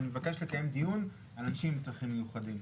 ואני מבקשת לקיים דיון על אנשים עם צרכים מיוחדים.